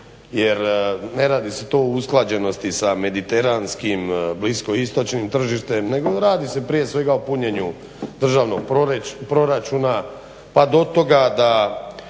jer ne radi se to o usklađenosti sa mediteranskim, blisko istočnim tržištem nego radi se prije svega o punjenju državnog proračuna pa do toga da